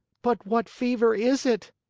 but what fever is it?